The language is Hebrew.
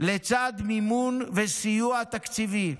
לצד מימון וסיוע תקציבי.